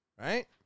right